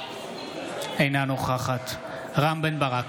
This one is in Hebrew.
אינה נוכחת רם בן ברק,